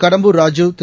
Kadambur Raju Thiru